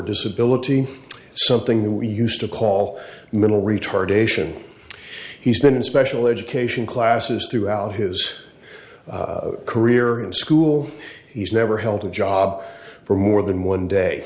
disability something we used to call middle retardation he's been in special education classes throughout his career and school he's never held a job for more than one day